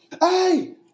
Hey